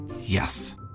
Yes